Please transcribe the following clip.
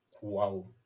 wow